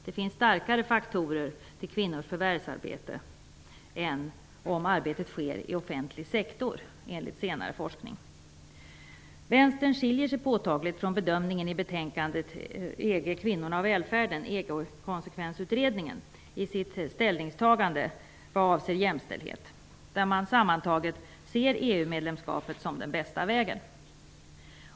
Det finns starkare faktorer i fråga om kvinnors förvärvsarbete än om arbetet sker i offentlig sektor, enligt senare forskning. Vänstern skiljer sig påtagligt från bedömningen i betänkandet ''EG, kvinnorna och välfärden'', EG konsekvensutredningen, i ställningstagandet vad avser jämställdhet. Utredningen ser EU medlemskapet som den bästa vägen.